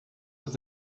that